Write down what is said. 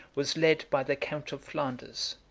was led by the count of flanders,